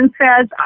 says